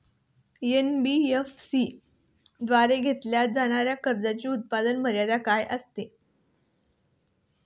NBFC द्वारे घेतलेल्या कर्जासाठी उत्पन्न मर्यादा काय असते?